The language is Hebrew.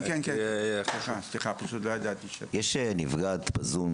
יש נפגעת בזום,